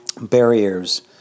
barriers